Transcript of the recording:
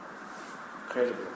Incredible